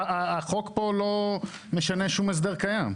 החוק פה לא משנה שום הסדר קיים.